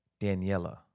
Daniela